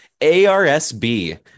ARSB